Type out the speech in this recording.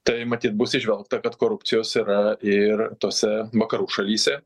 tai matyt bus įžvelgta kad korupcijos yra ir tose vakarų šalyse